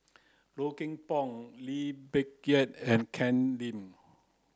Low Kim Pong Lee Peh Gee and Ken Lim